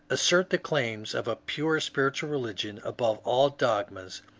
assert the claims of a pure spiritual religion above all dogmas,